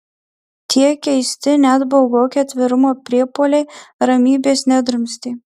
tie keisti net baugoki atvirumo priepuoliai ramybės nedrumstė